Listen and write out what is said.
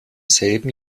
selben